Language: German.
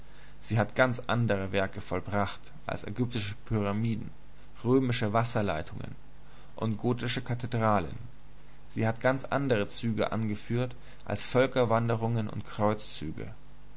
sie hat ganz andere wunderwerke vollbracht als ägyptische pyramiden römische wasserleitungen und gotische kathedralen sie hat ganz andere züge ausgeführt als völkerwanderungen und kreuzzüge